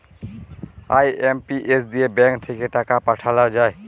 IMPS দিয়ে bank থাক্যে টাকা পাঠাল যায়